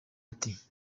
ati